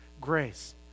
grace